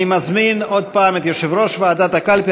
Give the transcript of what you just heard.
אני מזמין עוד פעם את יושב-ראש ועדת הקלפי,